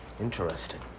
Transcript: Interesting